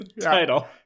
title